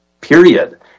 period